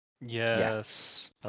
Yes